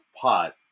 pot